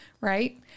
right